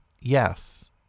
yes